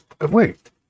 wait